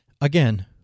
again